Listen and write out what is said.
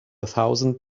thousand